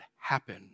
happen